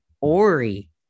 Ori